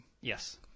Yes